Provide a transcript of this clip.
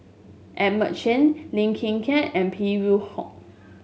Edmund Cheng Lim Hng Kiang and Phey Yew Kok